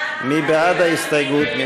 מי בעד ההסתייגות?